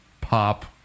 pop